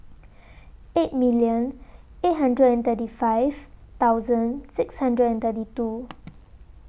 eight million eight hundred and thirty five thousand six hundred and thirty two